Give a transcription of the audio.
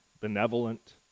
benevolent